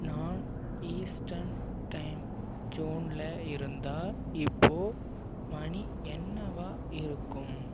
நான் eastern time ஜோனில் இருந்தா இப்போ மணி என்னவா இருக்கும்